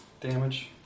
damage